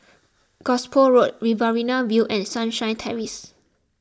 Gosport Road Riverina View and Sunshine Terrace